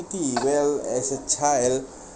well as a child